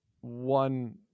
one